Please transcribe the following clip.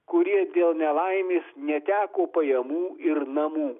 kurie dėl nelaimės neteko pajamų ir namų